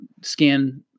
scan